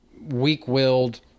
weak-willed